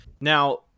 Now –